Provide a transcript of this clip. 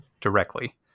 directly